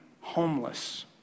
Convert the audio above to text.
homeless